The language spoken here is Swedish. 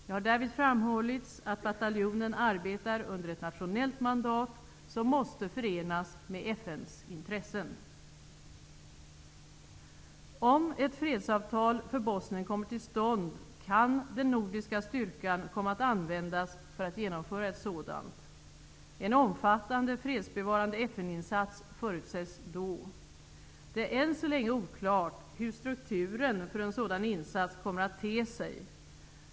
Det har därvid framhållits att bataljonen arbetar under ett nationellt mandat som måste förenas med FN:s intressen. Om ett fredsavtal för Bosnien kommer till stånd kan den nordiska styrkan komma att användas för att genomföra ett sådant. En omfattande fredsbevarande FN-insats förutses då. Det är än så länge oklart hur strukturen för en sådan insats kommer att te sig.